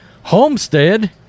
Homestead